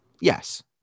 Yes